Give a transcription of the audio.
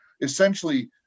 essentially